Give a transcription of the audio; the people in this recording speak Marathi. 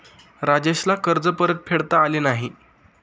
राजेशला कर्ज परतफेडता आले नाही